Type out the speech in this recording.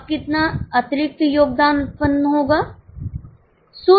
अब कितना अतिरिक्त योगदान उत्पन्न होगा